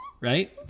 Right